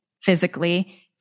physically